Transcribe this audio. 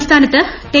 സംസ്ഥാനത്ത് കെ